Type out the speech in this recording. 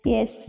Yes